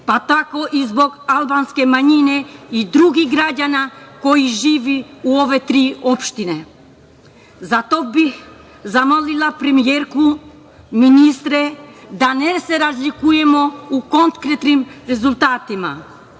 pa tako i zbog albanske manjine i drugih građana koji žive u ove tri opštine. Zato bih zamolila premijerku, ministre da se ne razlikujemo u konkretnim rezultatima